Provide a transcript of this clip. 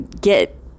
get